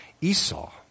Esau